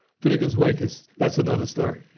finnegans wake is, that's another story.